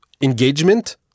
engagement